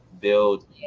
build